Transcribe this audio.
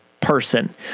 person